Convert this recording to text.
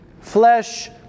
Flesh